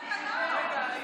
מה, רגע.